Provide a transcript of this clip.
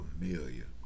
familiar